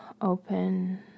open